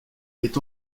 est